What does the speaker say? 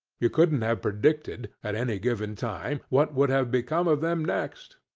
you couldn't have predicted, at any given time, what would have become of them next.